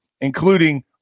including